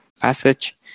passage